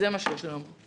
זה מה שיש היום.